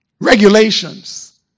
regulations